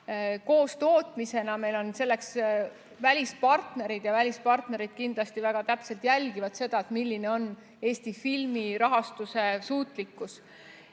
koostootmisena, meil on selleks välispartnerid ja välispartnerid kindlasti väga täpselt jälgivad seda, milline on Eesti filmi rahastuse suutlikkus.